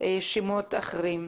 שמות אחרים.